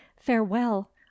farewell